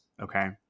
Okay